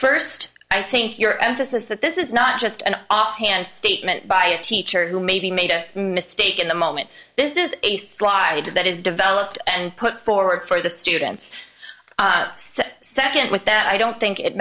first i think your emphasis that this is not just an offhand statement by a teacher who maybe made a mistake in the moment this is a slide that is developed and put forward for the students so second with that i don't think it